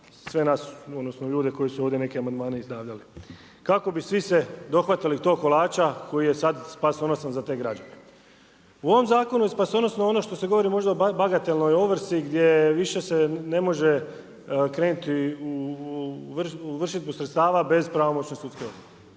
sve nas, odnosno ljude koji su ovdje neke amandmane izdavali kako bi svi se dohvatili tog kolača koji je sada spasonosan za te građane. U ovom zakonu je spasonosno ono što se govori možda o bagatelnoj ovrsi gdje više se ne može krenuti u vršidbu sredstava bez pravomoćne sudske odluke,